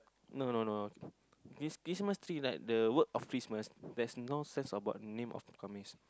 no no no this Christmas tree like the work of Christmas there's no sense about the name of the Khamis